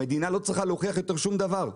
המדינה לא צריכה להוכיח יותר שום דבר.